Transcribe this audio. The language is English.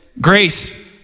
Grace